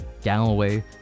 galloway